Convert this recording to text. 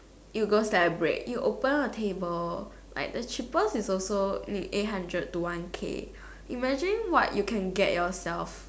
you go celebrate you open a table like the cheapest is also need eight hundred to one K imagine what you can get yourself